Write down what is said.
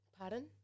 Pardon